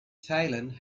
thailand